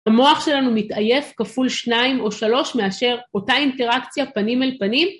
המוח שלנו מתעייף כפול שניים או שלוש מאשר אותה אינטראקציה פנים אל פנים.